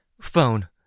Phone